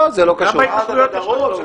יואל, גם בהתנחלויות יש חקלאות.